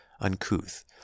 uncouth